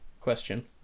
question